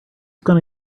gonna